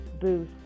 Booth